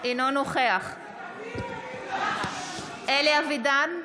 אינו נוכח אלי אבידר,